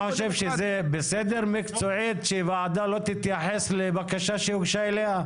אתה חושב שזה בסדר מקצועית שוועדה לא תתייחס לבקשה שהוגשה אליה?